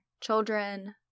children